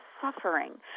suffering